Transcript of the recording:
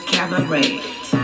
Cabaret